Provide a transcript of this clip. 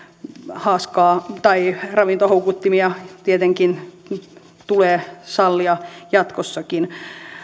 haaskaa tai ravintohoukuttimia tietenkin tulee sallia jatkossakin